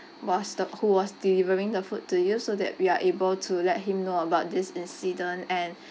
was the who was delivering the food to you so that we are able to let him know about this incident and